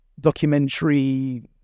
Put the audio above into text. documentary